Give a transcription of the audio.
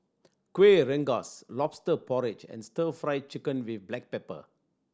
Kuih Rengas Lobster Porridge and Stir Fry Chicken with black pepper